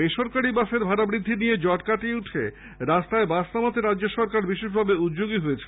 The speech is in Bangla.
বে সরকারী বাসের ভাড়া বৃদ্ধি নিয়ে জট কাটিয়ে রাস্তায় বাস নামাতে রাজ্য সরকার উদ্যোগী হয়েছে